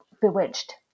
bewitched